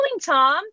Tom